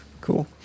cool